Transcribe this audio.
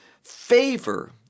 Favor